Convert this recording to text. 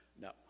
no